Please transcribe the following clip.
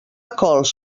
cols